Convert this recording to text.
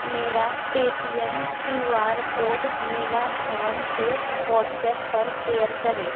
मेरा Paytm Q R code Leela Dhawan से WhatsApp पर शेयर करें